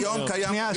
היום קיים.